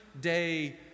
day